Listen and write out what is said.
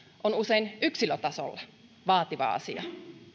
on yksilötasolla usein vaativa asia